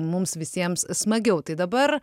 mums visiems smagiau tai dabar